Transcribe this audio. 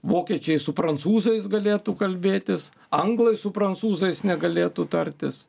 vokiečiai su prancūzais galėtų kalbėtis anglai su prancūzais negalėtų tartis